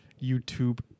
youtube